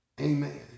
Amen